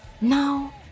now